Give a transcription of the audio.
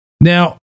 Now